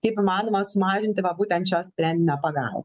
kaip įmanoma sumažinti va būtent šio sprendinio pagal